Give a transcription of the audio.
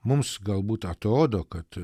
mums galbūt atrodo kad